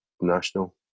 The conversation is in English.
national